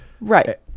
right